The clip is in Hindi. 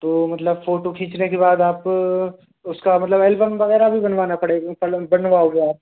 तो मतलब फोटो खींचने के बाद आप उसका मतलब एल्बम वगैरह भी बनवाना पड़ेग बनवाओगे आप